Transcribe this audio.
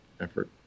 effort